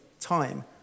time